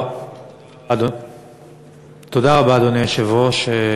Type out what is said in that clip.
אדוני היושב-ראש,